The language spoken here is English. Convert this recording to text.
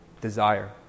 desire